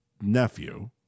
nephew